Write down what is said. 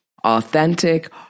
authentic